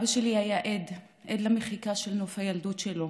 אבא שלי היה עד, עד למחיקה של נוף הילדות שלו